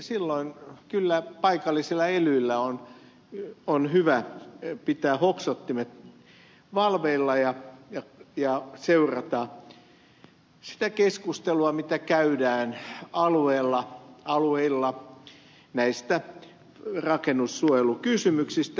silloin kyllä paikallisten elyjen on hyvä pitää hoksottimet valveilla ja seurata sitä keskustelua mitä käydään alueilla näistä rakennussuojelukysymyksistä